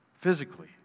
physically